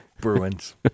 Bruins